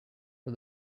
for